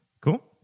Cool